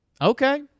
Okay